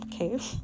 Okay